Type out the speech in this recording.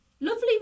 Lovely